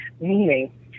meaning